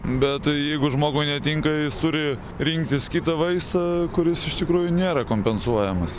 bet tai jeigu žmogui netinka jis turi rinktis kitą vaistą kuris iš tikrųjų nėra kompensuojamas